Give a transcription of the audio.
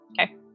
Okay